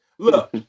Look